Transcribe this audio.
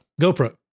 GoPro